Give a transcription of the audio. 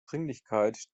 dringlichkeit